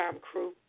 crew